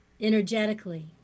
energetically